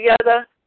together